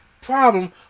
problem